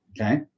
okay